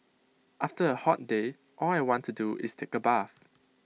after A hot day all I want to do is take A bath